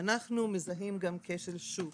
ואנחנו מזהים גם כשל שוק,